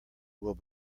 will